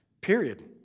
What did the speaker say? Period